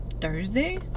Thursday